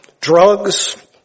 drugs